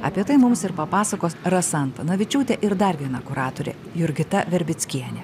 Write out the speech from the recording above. apie tai mums ir papasakos rasa antanavičiūtė ir dar viena kuratorė jurgita verbickienė